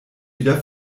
wieder